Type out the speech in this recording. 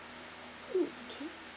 mm okay